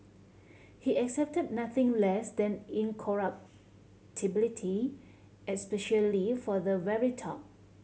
he accepted nothing less than incorruptibility especially for the very top